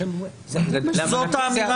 זאת האמירה?